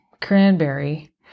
cranberry